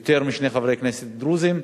יותר משני חברי כנסת דרוזים,